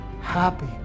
happy